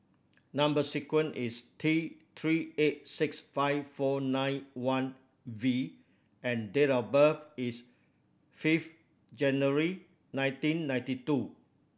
number sequence is T Three eight six five four nine one V and date of birth is fifth January nineteen ninety two